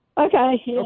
Okay